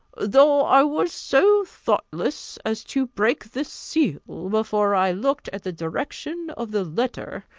though i was so thoughtless as to break the seal before i looked at the direction of the letter,